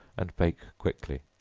and bake quickly.